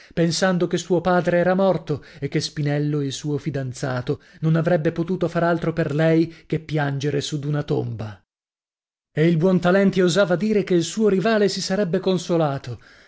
pensando che suo padre era morto e che spinello il suo fidanzato non avrebbe potuto far altro per lei che piangere su d'una tomba e il buontalenti osava dire che il suo rivale si sarebbe consolato